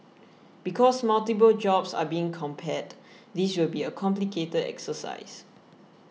because multiple jobs are being compared this will be a complicated exercise